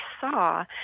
saw